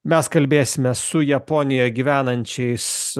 mes kalbėsime su japonijoj gyvenančiais